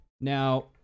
Now